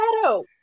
shadow